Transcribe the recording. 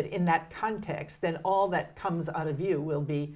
it in that context then all that comes out of you will be